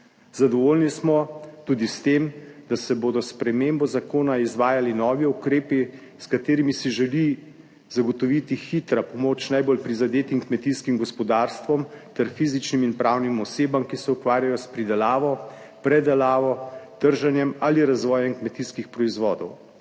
Zadovoljni smo tudi s tem, da se bodo s spremembo zakona izvajali novi ukrepi, s katerimi si želi zagotoviti hitra pomoč najbolj prizadetim kmetijskim gospodarstvom ter fizičnim in pravnim osebam, ki se ukvarjajo s pridelavo, predelavo, trženjem ali razvojem kmetijskih proizvodov,